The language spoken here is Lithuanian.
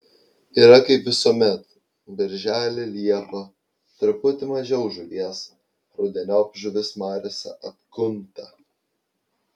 yra kaip visuomet birželį liepą truputį mažiau žuvies rudeniop žuvis mariose atkunta